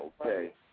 okay